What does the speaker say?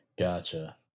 Gotcha